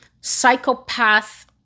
psychopath